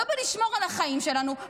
לא בלשמור על החיים שלנו,